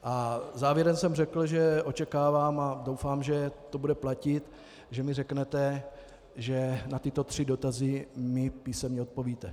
A závěrem jsem řekl, že očekávám a doufám, že to bude platit, že mi řeknete, že na tyto tři dotazy mi písemně odpovíte.